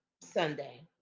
Sunday